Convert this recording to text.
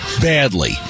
Badly